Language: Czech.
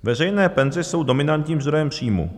Veřejné penze jsou dominantním zdrojem příjmu.